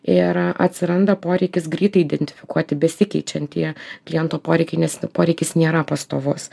ir atsiranda poreikis greitai identifikuoti besikeičiantį klientų poreikį nes poreikis nėra pastovus